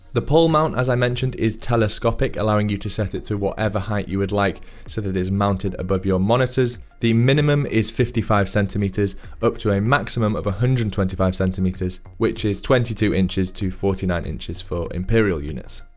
the pole mount, as i mentioned, is telescopic, allowing you to set it to whatever height you would like so that it is mounted above your monitors. the minimum is fifty five centimeters up to a maximum of one hundred and twenty five centimeters, which is twenty two inches to forty nine inches for imperial units.